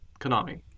Konami